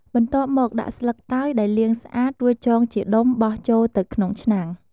បន្ទាប់មក ដាក់ស្លឹកតើយដែលលាងស្អាត រួចចងជាដុំបោះចូលទៅក្នុងឆ្នាំង។